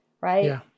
right